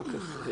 ואחר כך ערן.